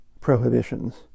prohibitions